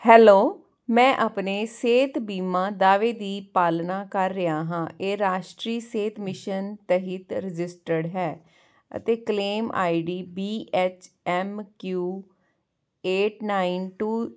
hello ਮੈਂ ਆਪਣੇ ਸਿਹਤ ਬੀਮਾ ਦਾਅਵੇ ਦੀ ਪਾਲਣਾ ਕਰ ਰਿਹਾ ਹਾਂ ਇਹ ਰਾਸ਼ਟਰੀ ਸਿਹਤ ਮਿਸ਼ਨ ਤਹਿਤ ਰਜਿਸਟਰਡ ਹੈ ਅਤੇ claim I D B H M Q eight nine to